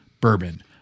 bourbon